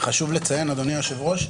חשוב לציין, אדוני היושב-ראש,